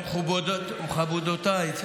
מכובדיי ומכובדותיי,